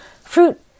Fruit